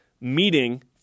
meeting